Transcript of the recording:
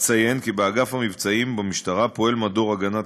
אציין כי באגף המבצעים במשטרה פועל מדור הגנת